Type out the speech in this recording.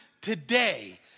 today